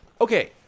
Okay